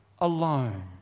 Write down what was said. alone